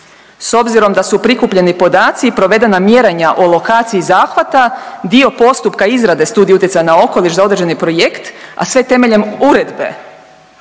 S obzirom da su prikupljeni podaci i provedena mjerenja o lokaciji zahvata dio postupka izrade studije utjecaja na okoliš za određeni projekt, a sve temeljem Uredbe